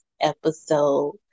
episode